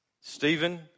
Stephen